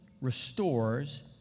restores